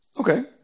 Okay